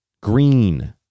green